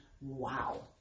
Wow